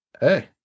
hey